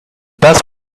best